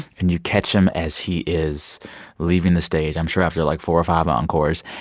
and you catch him as he is leaving the stage, i'm sure after, like, four or five encores.